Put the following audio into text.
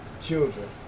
children